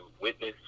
witness